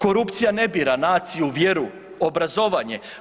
Korupcija ne bira naciju, vjeru, obrazovanje.